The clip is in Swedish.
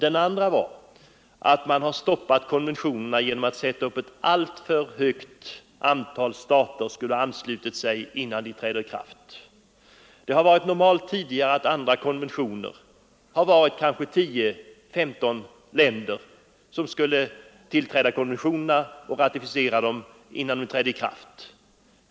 Den andra var att man hindrade konventionerna genom att föreskriva ett alltför högt antal stater som skulle ansluta sig innan konventionerna är i kraft. Tidigare hade det varit normalt att konventioner för att de skulle träda i kraft skulle ratificeras av tio eller femton länder.